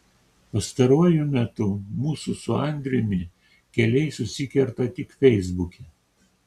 pastaruoju metu mūsų su andriumi keliai susikerta tik feisbuke